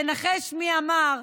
תנחש מי אמר: